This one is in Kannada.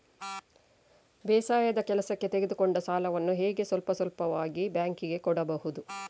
ಬೇಸಾಯದ ಕೆಲಸಕ್ಕೆ ತೆಗೆದುಕೊಂಡ ಸಾಲವನ್ನು ಹೇಗೆ ಸ್ವಲ್ಪ ಸ್ವಲ್ಪವಾಗಿ ಬ್ಯಾಂಕ್ ಗೆ ಕೊಡಬಹುದು?